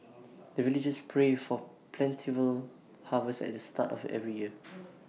the villagers pray for plentiful harvest at the start of every year